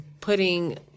putting